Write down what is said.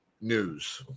news